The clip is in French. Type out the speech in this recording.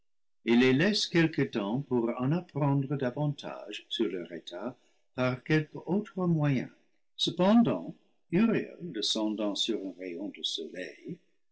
il les laisse quelque temps pour en apprendre davantage sur leur état par quelque autre moyen cependant uriel descendant sur un rayon de soleil